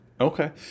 Okay